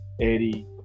Eddie